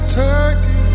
turkey